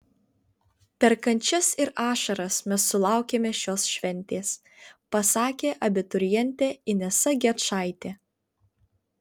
per kančias ir ašaras mes sulaukėme šios šventės pasakė abiturientė inesa gečaitė